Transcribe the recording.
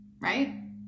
right